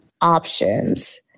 options